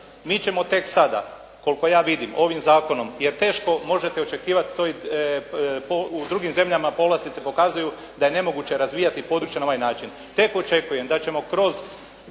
Mi ćemo tek sada koliko ja vidim ovim zakonom jer teško možete očekivati to, u drugim zemljama povlastice pokazuju da je nemoguće razvijati područje na ovaj način. Tek očekujem da ćemo kroz